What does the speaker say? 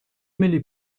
ملی